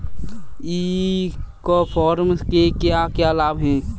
ई commerce के क्या क्या लाभ हैं?